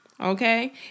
Okay